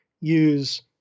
use